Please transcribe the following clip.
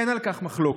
אין על כך מחלוקת,